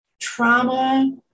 Trauma